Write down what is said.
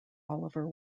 oliver